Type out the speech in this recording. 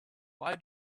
why